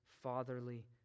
fatherly